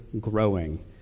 growing